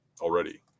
already